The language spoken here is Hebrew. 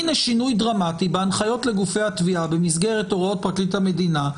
הינה שינוי דרמטי בהנחיות לגופי התביעה במסגרת הוראות פרקליט המדינה.